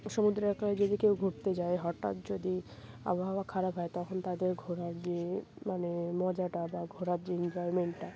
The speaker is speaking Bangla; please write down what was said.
সমুদ্র এলাকায় যদি কেউ ঘুরতে যায় হঠাৎ যদি আবহাওয়া খারাপ হয় তখন তাদের ঘোরার যে মানে মজাটা বা ঘোরার যে এনজয়মেন্টটা